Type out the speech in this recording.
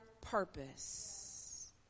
purpose